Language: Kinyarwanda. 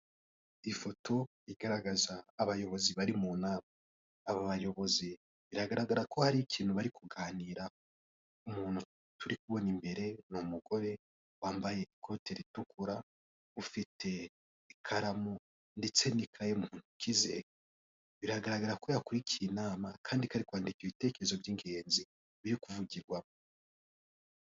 Ifoto igaragaza abayobozi bari mu nama, aba bayobozi biragaragara ko hari ikintu bari kuganira, umuntu turi kubona imbere ni umugore wambaye ikote ritukura ufite ikaramu ndetse n'ikayi mu ntoki ze, biragaragara ko yakurikiye inama kandi ko ari kwandika ibitekerezo by'ingenzi biri kuvugirwamo.